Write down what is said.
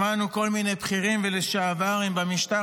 שמענו כל מיני בכירים ולשעברים במשטר